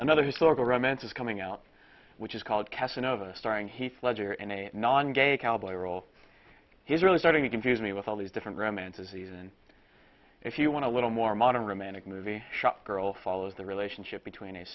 another historical romance is coming out which is called casanova starring heath ledger in a non gay cowboy role he's really starting to confuse me with all these different romances even if you want to little more modern romantic movie shopgirl follows the relationship between